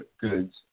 goods